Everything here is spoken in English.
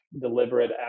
deliberate